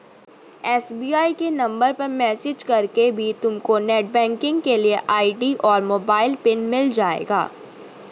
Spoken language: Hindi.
एस.बी.आई के नंबर पर मैसेज करके भी तुमको नेटबैंकिंग के लिए आई.डी और मोबाइल पिन मिल जाएगा